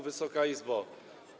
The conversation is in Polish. Wysoka Izbo!